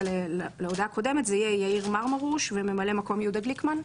יהיה יאיר מרמרוש וממלא המקום יהיה יהודה גליקמן?